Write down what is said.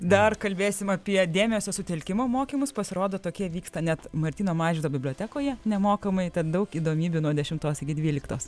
dar kalbėsim apie dėmesio sutelkimo mokymus pasirodo tokie vyksta net martyno mažvydo bibliotekoje nemokamai tad daug įdomybių nuo dešimtos iki dvyliktos